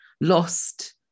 lost